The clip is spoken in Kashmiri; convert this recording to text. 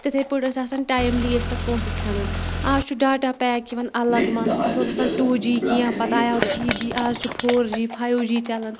تِتھَے پٲٹھۍ ٲسۍ آسان ٹایملی ٲسۍ تَتھ پونٛسہٕ ژھٮ۪نن آز چھُ ڈاٹا پیک یِوَان الگ مان ژٕ تَتھ اوس آسان ٹوٗ جی کینٛہہ پَتہٕ آیو تھری جی آز چھُ فور جی فایِو جی چلَان